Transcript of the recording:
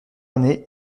années